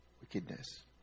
Wickedness